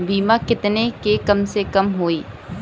बीमा केतना के कम से कम होई?